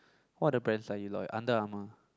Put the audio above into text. what other brands are you loyal Under-Armour